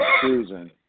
Susan